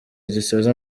gisoza